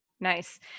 Nice